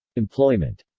employment